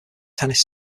tennis